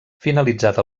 finalitzat